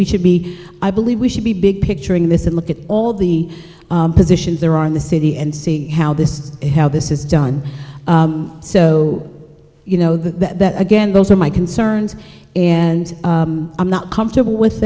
we should be i believe we should be big picture in this and look at all the positions there are in the city and see how this is how this is done so you know again those are my concerns and i'm not comfortable with